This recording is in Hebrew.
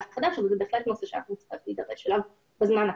החדש אבל זה בהחלט נושא שאנחנו נצטרך להידרש אליו בזמן הקרוב.